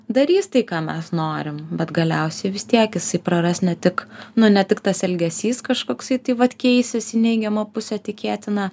darys tai ką mes norim bet galiausiai vis tiek jisai praras ne tik nu ne tik tas elgesys kažkoksai tai vat keisis į neigiamą pusę tikėtina